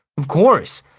of course!